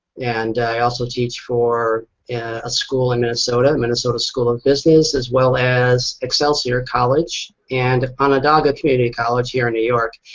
and i also teach for a school in minnesota, minnesota school of business as well as excelsior college and onondaga community college here in new york.